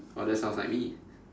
oh that sounds like me